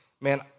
man